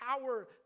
power